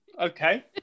Okay